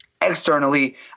Externally